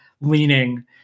leaning